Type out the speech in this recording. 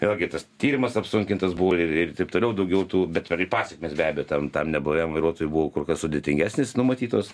vėlgi tas tyrimas apsunkintas buvo ir ir taip toliau daugiau tų bet ir pasekmės be abejo ten tam neblaiviam vairuotojui buvo kur kas sudėtingesnės numatytos